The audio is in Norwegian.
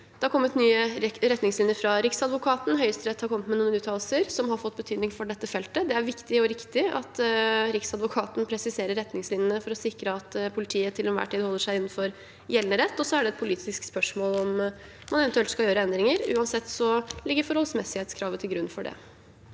Det har kommet nye retningslinjer fra Riksadvokaten. Høyesterett har også kommet med noen uttalelser som har fått betydning for dette feltet. Det er viktig og riktig at Riksadvokaten presiserer retningslinjene for å sikre at politiet til enhver tid holder seg innenfor gjeldende rett. Så er det et politisk spørsmål om man eventuelt skal gjøre endringer. Uansett ligger forholdsmessighetskravet til grunn for det.